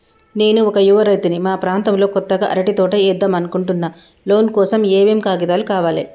నేను ఒక యువ రైతుని మా ప్రాంతంలో కొత్తగా అరటి తోట ఏద్దం అనుకుంటున్నా లోన్ కోసం ఏం ఏం కాగితాలు కావాలే?